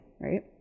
right